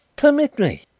permit me,